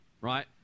Right